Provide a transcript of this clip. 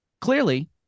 clearly